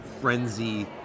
frenzy